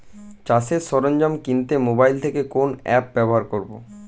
চাষের সরঞ্জাম কিনতে মোবাইল থেকে কোন অ্যাপ ব্যাবহার করব?